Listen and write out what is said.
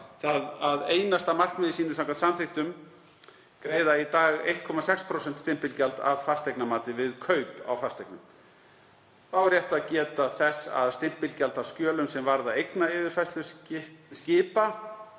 það að einasta markmiði samkvæmt samþykktum sínum greiða í dag 1,6% stimpilgjald af fasteignamati við kaup á fasteignum. Þá er rétt að geta þess að stimpilgjald af skjölum sem varða eignayfirfærslu skipa